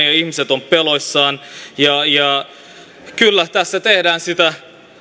ja ihmiset ovat peloissaan kyllä tässä tehdään sitä